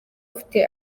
ufite